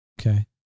Okay